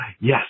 yes